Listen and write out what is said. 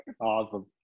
awesome